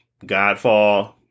Godfall